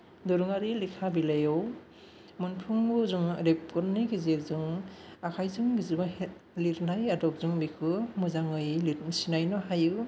दोरोङारि लेखा बिलाइआव मोनफ्रोमबो रेबगंनि गेजेरजों आखाइजों लिरनाय आदब जों बेखौ मोजांयै सिनायनो हायो